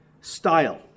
style